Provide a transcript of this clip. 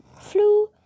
flu